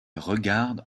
regarde